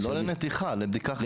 לא לנתיחה, לבדיקה חיצונית.